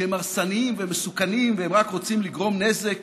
שהם הרסניים ומסוכנים והם רק רוצים לגרום נזק